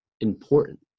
important